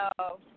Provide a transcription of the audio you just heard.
no